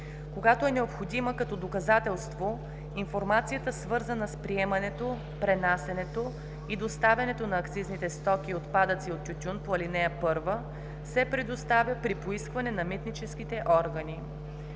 Когато е необходима като доказателство, информацията, свързана с приемането, пренасянето и доставянето на акцизните стоки и отпадъци от тютюн по ал. 1, се предоставя при поискване на митническите органи.“